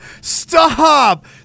stop